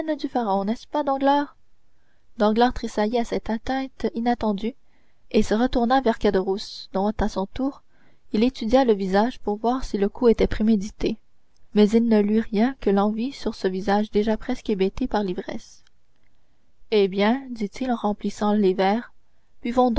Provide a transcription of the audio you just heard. n'est-ce pas danglars danglars tressaillit à cette atteinte inattendue et se retourna vers caderousse dont à son tour il étudia le visage pour voir si le coup était prémédité mais il ne lut rien que l'envie sur ce visage déjà presque hébété par l'ivresse eh bien dit-il en remplissant les verres